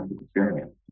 experience